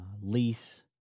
lease